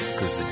Cause